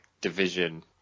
division